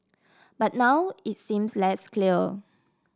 but now it seems less clear